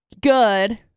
good